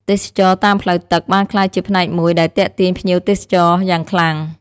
ទេសចរណ៍តាមផ្លូវទឹក បានក្លាយជាផ្នែកមួយដែលទាក់ទាញភ្ញៀវទេសចរណ៍យ៉ាងខ្លាំង។